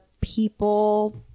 people